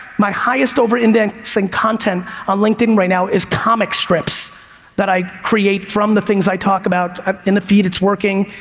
my highest and and so in content on linkedin right now is comic strips that i create from the things i talk about ah in the feed, it's working.